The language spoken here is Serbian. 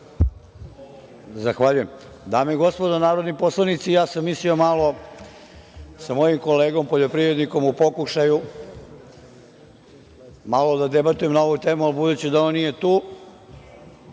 Zahvaljujem. Dame i gospodo narodni poslanici, ja sam mislio malo sa mojim kolegom, poljoprivrednikom u pokušaju, da debatujem na ovu temu, ali budući da on nije tu,